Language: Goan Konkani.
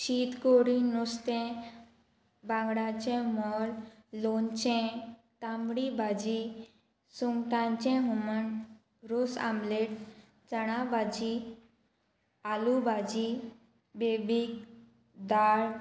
शीत कोडी नुस्तें बांगडाचें मोल लोणचें तांबडी भाजी सुंगटांचें हुमण रोस आमलेट चणा भाजी आलू भाजी बेबीक दाळ